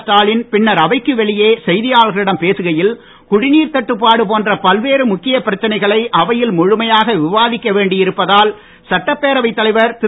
ஸ்டாலின் பின்னர் அவைக்கு வெளியே செய்தியாளர்களிடம் பேசுகையில் குடிநீர் தட்டுப்பாடு போன்ற பல்வேறு முக்கியப் பிரச்சனைகளை அவையில் முழுமையாக விவாதிக்க வேண்டியிருப்பதால் சட்டப்பேரவைத் தலைவர் திரு